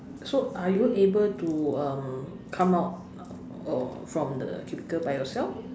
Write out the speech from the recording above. so are you able to um come out of from the cubicle by yourself